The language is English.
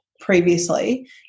previously